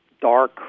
dark